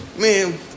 Man